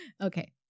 Okay